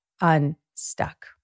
unstuck